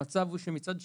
המצב הוא שמצד שני,